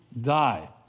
die